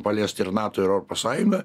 paliesti ir nato ir europos sąjungą